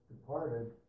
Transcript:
departed